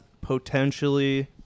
potentially